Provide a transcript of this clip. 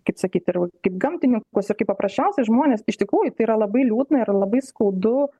kaip sakyt ir kaip gamtininkus ir kaip paprasčiausiai žmones iš tikrųjų tai yra labai liūdna ir labai skaudu